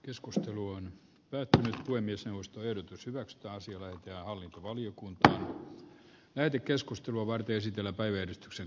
joskus ruohon peittämällä voi myös nousta edut pysyvät pääsivät ja hallintovaliokunta käyty keskustelua voi esitellä säätämisen yhteydessä